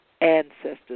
Ancestors